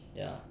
ya